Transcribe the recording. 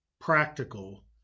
practical